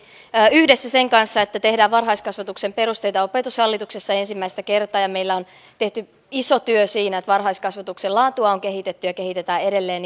yhdessä sen kanssa että tehdään varhaiskasvatuksen perusteita opetushallituksessa ensimmäistä kertaa ja meillä on tehty iso työ siinä että varhaiskasvatuksen laatua on kehitetty ja kehitetään edelleen